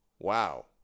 wow